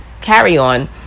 carry-on